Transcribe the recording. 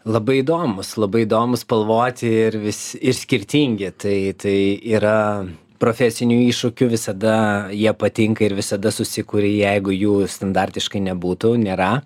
labai įdomūs labai įdomūs spalvoti ir visi ir skirtingi tai tai yra profesinių iššūkių visada jie patinka ir visada susikuri jeigu jų standartiškai nebūtų nėra